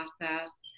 process